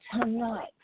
tonight